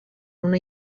una